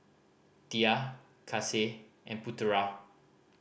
Dhia Kasih and Putera